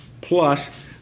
plus